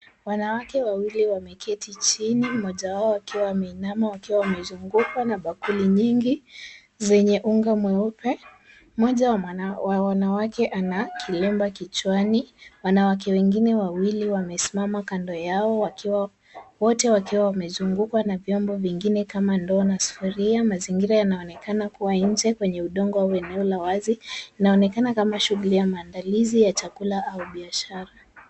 Wanawake wawili wameketi chini, mmoja wao akiwa ameinama wakiwa wamezungukwa na bakuli nyingi zenye unga mweupe. Mmoja wa wanawake ana kilemba kichwani. Wanawake wengine wawili wamesimama kando yao, wote wakiwa wamezungukwa na vyombo vingine kama ndoo na sufuria. Mazingira yanaonekana kuwa nje, kwenye udongo au eneo la wazi. Inaonekana kama shughuli ya maandalizi ya chakula au biashara.